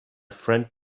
friend